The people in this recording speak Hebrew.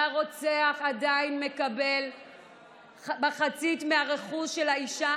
שהרוצח עדיין מקבל מחצית מהרכוש של האישה